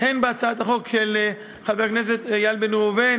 הן בהצעת החוק של חבר הכנסת איל בן ראובן